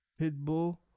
Pitbull